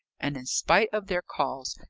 and in spite of their calls,